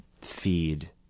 feed